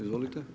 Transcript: Izvolite.